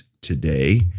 today